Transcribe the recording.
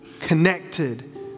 connected